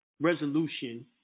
resolution